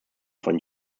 von